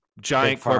giant